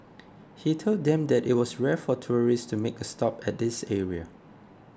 he told them that it was rare for tourists to make a stop at this area